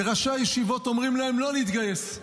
וראשי הישיבות אומרים להם לא להתגייס.